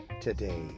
today